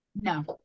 No